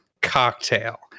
cocktail